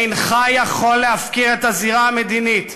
אינך יכול להפקיר את הזירה המדינית,